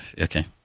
Okay